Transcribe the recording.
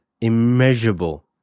immeasurable